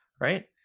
right